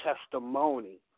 testimony